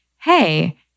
hey